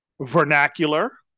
vernacular